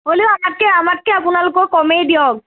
হ'লেও আমাতকৈ আমাতকৈ আপোনালোকৰ কমেই দিয়ক